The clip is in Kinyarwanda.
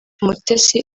umutesi